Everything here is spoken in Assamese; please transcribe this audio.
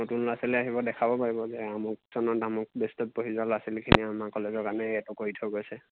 নতুন ল'ৰা ছোৱালীয়ে আহিব দেখাব পাৰিব যে আমুক চনত আমুক বেট্ছত পঢ়ি যোৱা ল'ৰা ছোৱালীখিনিয়ে আমাৰ কলেজৰ কাৰণে এইটো কৰি থৈ গৈছে